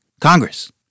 Congress